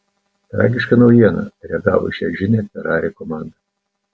tragiška naujiena reagavo į šią žinią ferrari komanda